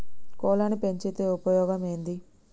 కోళ్లని పెంచితే ఉపయోగం ఏంది?